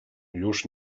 już